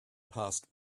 passed